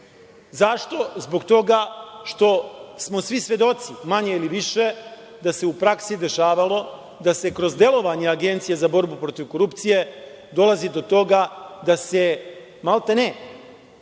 Zašto? Zbog toga što smo smi svedoci, manje ili više, da se u praksi dešavalo da se kroz delovanje Agencije za borbu protiv korupcije dolazi do toga da se maltene